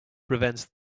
prevents